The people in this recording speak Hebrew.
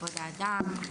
בכבוד האדם,